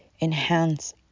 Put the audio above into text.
enhance